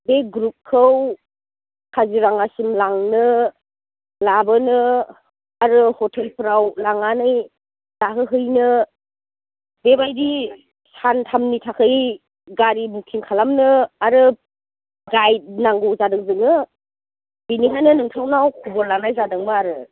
बे ग्रुपखौ काजिराङासिम लांनो लाबोनो आरो हटेलफोराव लांनानै जाहोहैनो बेबायदि सानथामनि थाखाय गारि बुकिं खालामनो आरो गाइद नांगौ जादों जोंनो बेनिखायनो नोंथांनाव खबर लानाय जादोंमोन आरो